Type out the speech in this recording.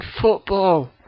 football